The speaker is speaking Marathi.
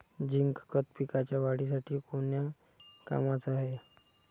झिंक खत पिकाच्या वाढीसाठी कोन्या कामाचं हाये?